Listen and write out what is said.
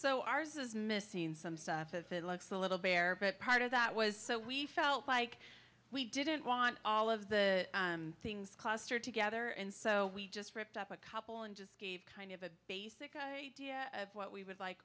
so ours is missing some stuff if it looks a little bare but part of that was so we felt like we didn't want all of the things clustered together and so we just ripped up a couple and just gave kind of a basic idea of what we would like